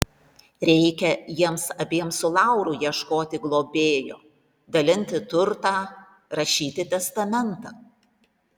reikia jiems abiems su lauru ieškoti globėjo dalinti turtą rašyti testamentą